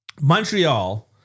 Montreal